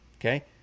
okay